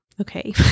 okay